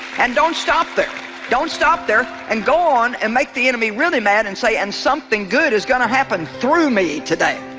and don't stop there don't stop there and go on and make the enemy really mad and say and something good is going to happen through me today